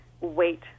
wait